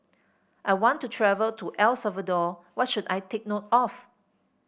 I want to travel to El Salvador What should I take note of